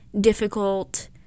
difficult